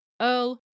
Earl